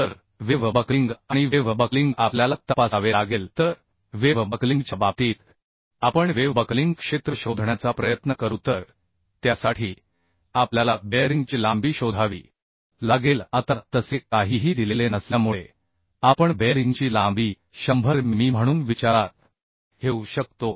तर wave buckling आणि wave buckling आपल्याला तपासावे लागेल तर वेव्ह बकलिंगच्या बाबतीत आपण वेव्ह बकलिंग क्षेत्र शोधण्याचा प्रयत्न करू तर त्यासाठी आपल्याला बेअरिंगची लांबी शोधावी लागेल आता तसे काहीही दिलेले नसल्यामुळे आपण बेअरिंगची लांबी 100 मिमी म्हणून विचारात घेऊ शकतो